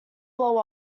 blow